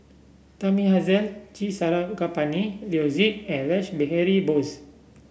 Thamizhavel G Sarangapani Leo Yip and Rash Behari Bose